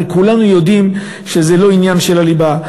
הרי כולנו יודעים שזה לא עניין של הליבה.